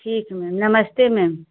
ठीक है मैम नमस्ते मैम